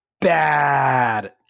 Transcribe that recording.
bad